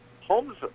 homes